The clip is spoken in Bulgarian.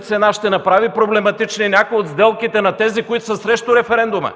цената ще направи проблематични някои от сделките на тези, които са срещу референдума,